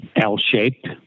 L-shaped